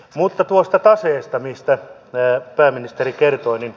mutta tuosta taseesta mistä pääministeri kertoi